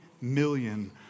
million